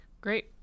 great